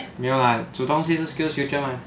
没有 lah 煮东西是 SkillsFuture mah